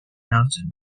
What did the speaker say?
mountain